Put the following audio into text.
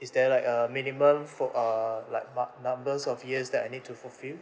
is there like a minimum for err like mo~ numbers of years that I need to fulfil